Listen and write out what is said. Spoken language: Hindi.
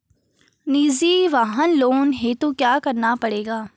निजी वाहन लोन हेतु क्या करना पड़ेगा?